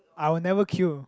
I will never queue